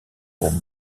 pour